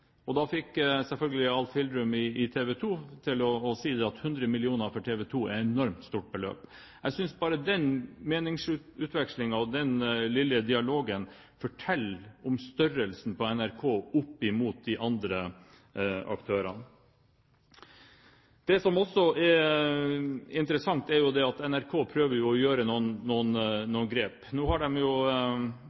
fikk selvfølgelig Alf Hildrum i TV 2 til å si at 100 mill. kr for TV 2 er et enormt stort beløp. Jeg synes bare den meningsutvekslingen og den lille dialogen forteller om størrelsen på NRK oppimot de andre aktørene. Det som også er interessant, er jo at NRK prøver å gjøre noen grep. Nå har